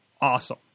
Awesome